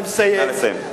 אני מסיים.